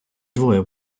двоє